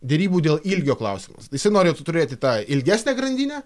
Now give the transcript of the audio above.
derybų dėl ilgio klausimas jisai norėtų turėti tą ilgesnę grandinę